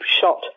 shot